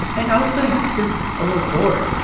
and also you're a little bored,